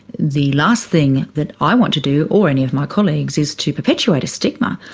the last thing that i want to do or any of my colleagues is to perpetuate a stigma,